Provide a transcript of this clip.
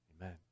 amen